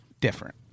different